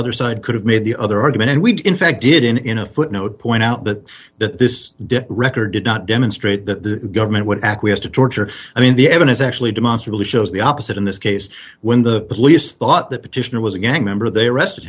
other side could have made the other argument and we did in fact did in in a footnote point out that this record did not demonstrate that the government would acquiesce to torture i mean the evidence actually demonstrably shows the opposite in this case when the police thought the petitioner was a gang member they arrested